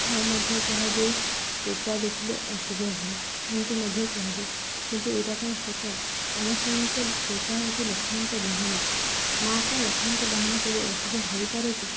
ଆଉ ମଧ୍ୟ କୁହାଯାଏ ପେଚା ଦେଖିଲେ ଅଶୁଭ ହୁଏ ଏମିତି ମଧ୍ୟ କୁହାଯାଏ କିନ୍ତୁ ଏଇଟା କ'ଣ ସତ ଆମେ ଶୁଣିଛେ ପେଚା ହଉଛେ ଲକ୍ଷ୍ମୀଙ୍କ ବାହାନ ମାତା ଲକ୍ଷ୍ମୀଙ୍କ ବାହାନ କେବେ ଅଶୁଭ ହୋଇପାରେ କି